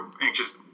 anxious